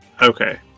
Okay